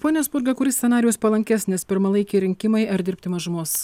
pone spurga kuris scenarijus palankesnis pirmalaikiai rinkimai ar dirbti mažumos